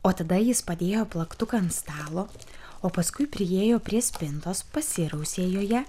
o tada jis padėjo plaktuką ant stalo o paskui priėjo prie spintos pasirausė joje